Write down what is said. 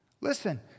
Listen